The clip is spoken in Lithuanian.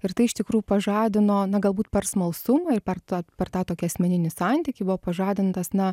ir tai iš tikrų pažadino na galbūt per smalsumą ir per tą per tą tokį asmeninį santykį buvo pažadintas na